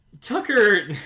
tucker